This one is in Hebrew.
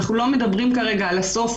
אנחנו לא מדברים כרגע על הסוף,